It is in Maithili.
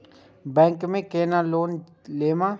बैंक में केना लोन लेम?